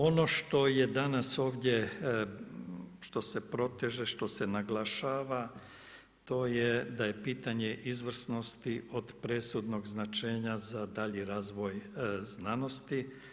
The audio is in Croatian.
Ono što je danas ovdje, što se proteže, što se naglašava to je da je pitanje izvrsnosti od presudnog značenja za dalji razvoj znanosti.